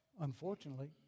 unfortunately